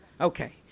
Okay